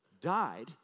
died